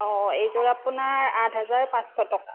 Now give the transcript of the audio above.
অ এইযোৰ আপোনাৰ আঠ হাজাৰ পাঁচশ টকা